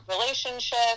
relationship